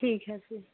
ठीक है फ़िर